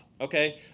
okay